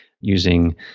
using